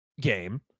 game